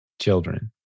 children